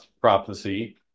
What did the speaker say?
prophecy